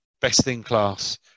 best-in-class